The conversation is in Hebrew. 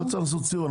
לא צריך לעשות סיור.